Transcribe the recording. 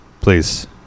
Please